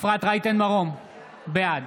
אפרת רייטן מרום, בעד